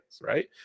right